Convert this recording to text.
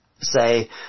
say